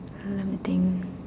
uh let me think